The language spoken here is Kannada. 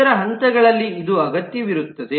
ಇತರ ಹಂತಗಳಲ್ಲಿ ಇದು ಅಗತ್ಯವಿರುತ್ತದೆ